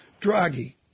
Draghi